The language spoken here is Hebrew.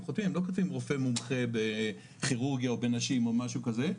הם לא כותבים 'רופא מומחה בכירורגיה או בנשים או משהו כזה',